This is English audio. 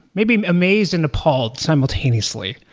maybe amazed and appalled simultaneously.